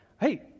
hey